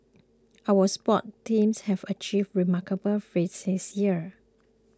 our sports teams have achieved remarkable feats this year